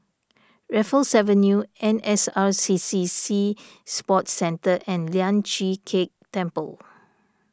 Raffles Avenue N S R C C Sea Sports Centre and Lian Chee Kek Temple